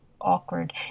awkward